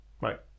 right